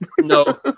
no